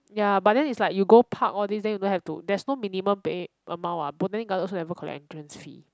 ya but then is like you go park all this then you don't have to there's no minimum pay amount what botanic garden also never collect entrance fee